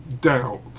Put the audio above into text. doubt